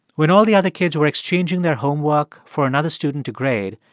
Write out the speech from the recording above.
when all the other kids were exchanging their homework for another student to grade,